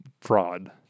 fraud